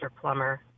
plumber